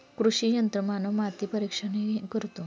कृषी यंत्रमानव माती परीक्षणही करतो